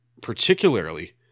particularly